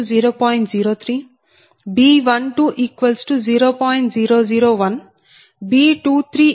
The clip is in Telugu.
03B120